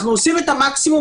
אנחנו עושים את המקסימום,